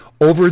over